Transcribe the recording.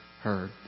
heard